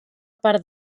part